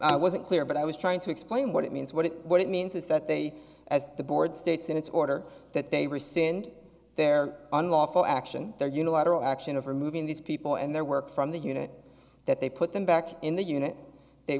i wasn't clear but i was trying to explain what it means what it what it means is that they as the board states in its order that they were sinned their unlawful action their unilateral action of removing these people and their work from the unit that they put them back in the unit they